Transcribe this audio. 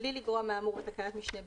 ובלי לגרוע מהאמור בתקנת משנה (ב)(3),